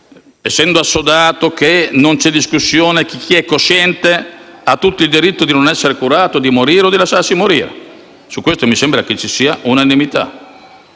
essendo assodato che non c'è discussione sul fatto che chi è cosciente ha tutto il diritto di non essere curato, di morire o di lasciarsi morire - su questo mi sembra ci sia unanimità